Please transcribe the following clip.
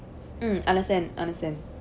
mm understand understand